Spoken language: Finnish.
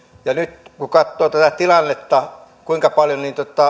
ja nyt kun katsoo tätä tilannetta kuinka paljon